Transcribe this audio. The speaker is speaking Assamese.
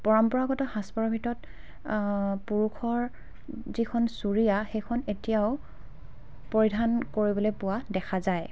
পৰম্পৰাগত সাজ পাৰৰ ভিতৰত পুৰুষৰ যিখন চুৰীয়া সেইখন এতিয়াও পৰিধান কৰিবলৈ পোৱা দেখা যায়